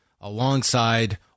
alongside